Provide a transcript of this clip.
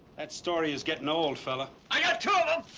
that story's getting old, fella. i got two of them,